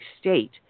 state